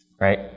Right